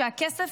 ושהכסף,